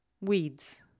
Weeds